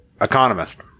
economist